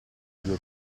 due